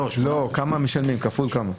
כפול כמה?